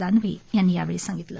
दानवे यांनी यावेळी सांगितलं